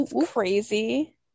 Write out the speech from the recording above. crazy